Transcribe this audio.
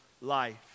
life